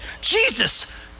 Jesus